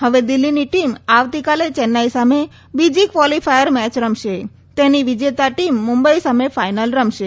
હવે દિલ્હીની ટીમ આવતીકાલે ચેન્નાઈ સામે બીજી ક્વોલીફાયર મેચ રમશે તેની વિજેતા ટીમ મુંબઈ સામે ફાઈનલ રમશે